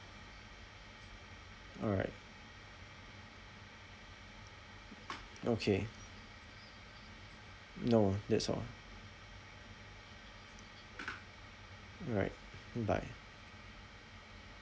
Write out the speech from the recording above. alright okay no that's all right mm bye